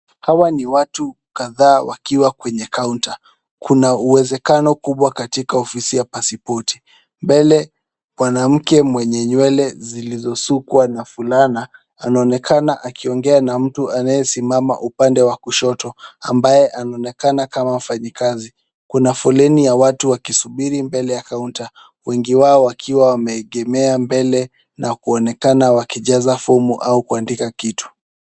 Hawa ni watu kadhaa wakiwa kwenye counter kuna uwezekano kubwa katika ofisi ya pasipoti. Mbele mwanamke mwenye nywele zilizosukwa na fulana anaonekana akiongea na mtu anayesimama upande wa kushoto ambaye anaonekana kama mfanyikazi. kuna foleni ya watu wakisubiri mbele ya counter wengi wao wakiwa wameegemea mbele na kuonekana wakijaza fomu au kuandika kitu.